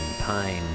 pine